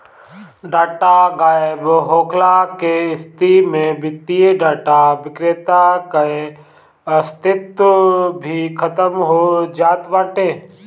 data गायब होखला के स्थिति में वित्तीय डाटा विक्रेता कअ अस्तित्व भी खतम हो जात बाटे